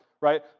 right